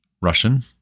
Russian